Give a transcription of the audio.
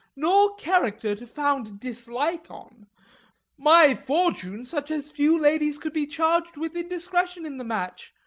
nor character, to found dislike on my fortune such as few ladies could be charged with indiscretion in the match.